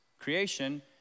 creation